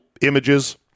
images